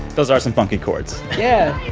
those are some funky chords yeah